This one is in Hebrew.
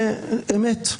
אמת.